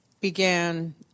began